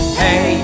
hey